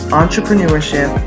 entrepreneurship